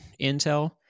Intel